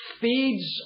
feeds